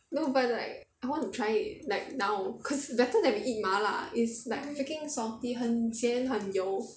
no but like I want to try it like now cause better than we eat 麻辣 is like freaking salty 很咸很油